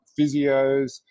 physios